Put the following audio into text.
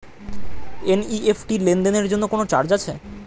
NEFT লেনদেনের জন্য কোন চার্জ আছে?